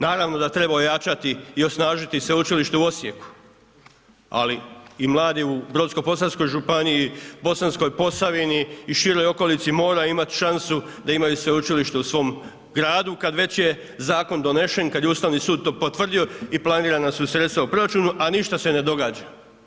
Naravno da treba ojačati i osnažiti Sveučilište u Osijeku, ali i mladi u brodsko-posavskoj županiji, Bosanskoj Posavini i široj okolici mora imat šansu da imaju sveučilište u svom gradu kad već je zakon donesen, kad je Ustavni sud to potvrdio i planirana su sredstva u proračunu, a ništa se ne događa.